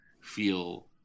feel